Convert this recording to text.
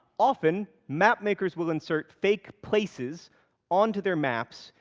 often, map makers will insert fake places onto their maps,